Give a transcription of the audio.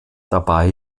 dabei